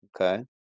okay